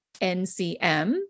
NCM